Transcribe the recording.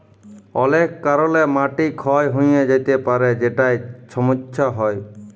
অলেক কারলে মাটি ক্ষয় হঁয়ে য্যাতে পারে যেটায় ছমচ্ছা হ্যয়